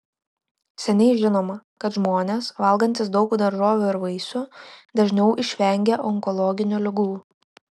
seniai žinoma kad žmonės valgantys daug daržovių ir vaisių dažniau išvengia onkologinių ligų